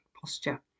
posture